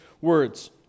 words